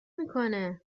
میکنه